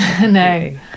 No